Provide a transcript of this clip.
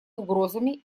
угрозами